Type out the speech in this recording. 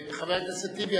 חבר הכנסת טיבי,